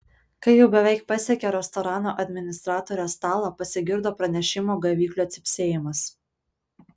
kai jau beveik pasiekė restorano administratorės stalą pasigirdo pranešimo gaviklio cypsėjimas